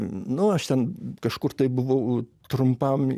nu aš ten kažkur tai buvau trumpam